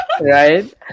right